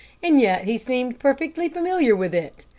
and yet he seemed perfectly familiar with it,